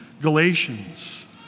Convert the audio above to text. Galatians